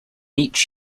each